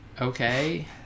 Okay